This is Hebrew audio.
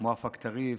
מוואפק טריף,